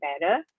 better